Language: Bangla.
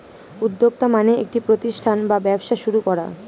উদ্যোক্তা মানে একটি প্রতিষ্ঠান বা ব্যবসা শুরু করা